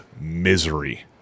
misery